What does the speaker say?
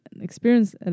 experience